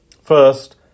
First